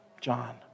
John